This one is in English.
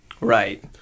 Right